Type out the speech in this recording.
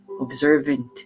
observant